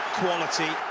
quality